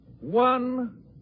One